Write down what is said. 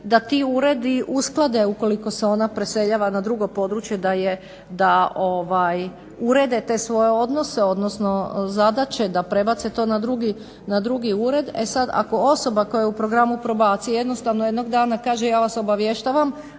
da ti uredi usklade ukoliko se ona preseljava na drugo područje da urede te svoje odnose, odnosno zadaće da prebace to na drugi ured. E sad ako osoba koja je u programu probacije jednostavno jednog dana kaže ja vas obavještavam